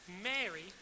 Mary